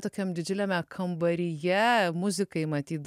tokiam didžiuliame kambaryje muzikai matyt